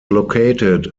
located